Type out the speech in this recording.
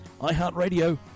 iHeartRadio